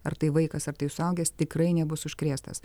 ar tai vaikas ar tai suaugęs tikrai nebus užkrėstas